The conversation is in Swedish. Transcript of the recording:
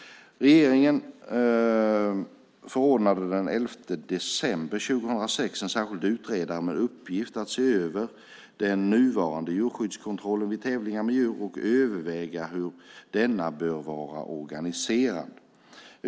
Regeringen förordnade den 11 december 2006 en särskild utredare med uppgift att se över den nuvarande djurskyddskontrollen vid tävlingar med djur och överväga hur denna bör vara organiserad.